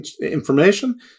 information